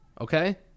Okay